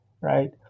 right